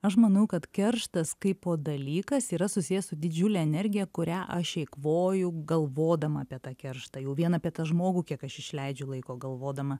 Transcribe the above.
aš manau kad kerštas kaipo dalykas yra susijęs su didžiule energija kurią aš eikvoju galvodama apie tą kerštą jau vien apie tą žmogų kiek aš išleidžiu laiko galvodama